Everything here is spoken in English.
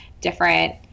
different